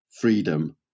freedom